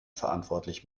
verantwortlich